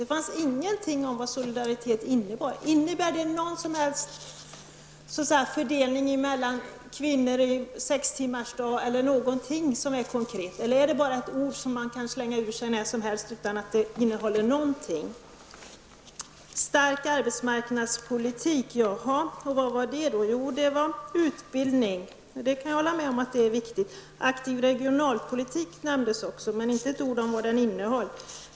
Det fanns inget om vad solidaritet innebär. Innebär det någon fördelning mellan kvinnor, sextimmarsdag eller något annat som är konkret? Är det bara ett ord som man kan slänga ur sig när som helst utan att det innehåller något? Vad är stark arbetsmarknadspolitik? Jo, det innebär utbildning, och det kan jag hålla med om är viktigt. Aktiv regionalpolitik nämndes också, men inte ett ord om vad den innebär.